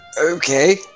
Okay